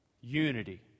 Unity